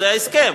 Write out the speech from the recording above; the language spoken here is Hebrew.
זה ההסכם.